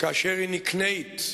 כאשר היא נקנית,